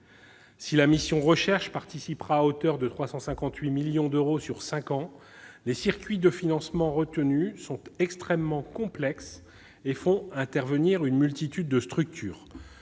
supérieur » participera à hauteur de 358 millions d'euros sur cinq ans, mais les circuits de financement retenus sont extrêmement complexes et font intervenir une multitude de structures